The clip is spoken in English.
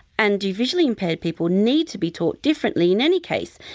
and do visually impaired people need to be taught differently in any case,